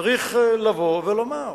צריך לבוא ולומר: